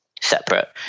separate